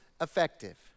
effective